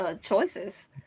choices